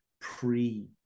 pre